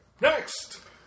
Next